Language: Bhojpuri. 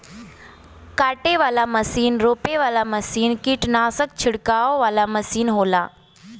काटे वाला मसीन रोपे वाला मसीन कीट्नासक छिड़के वाला मसीन होला